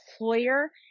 employer